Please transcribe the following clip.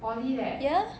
ya